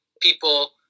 people